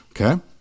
okay